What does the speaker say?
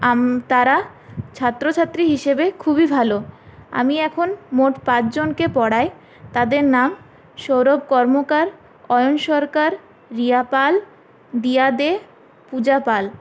তারা ছাত্রছাত্রী হিসেবে খুবই ভালো আমি এখন মোট পাঁচজনকে পড়াই তাদের নাম সৌরভ কর্মকার অয়ন সরকার রিয়া পাল দিয়া দে পূজা পাল